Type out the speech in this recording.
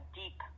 deep